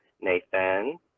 Nathan